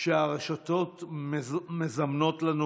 שהרשתות מזמנות לנו